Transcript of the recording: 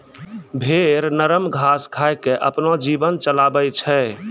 भेड़ नरम घास खाय क आपनो जीवन चलाबै छै